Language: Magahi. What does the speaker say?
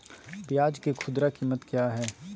प्याज के खुदरा कीमत क्या है?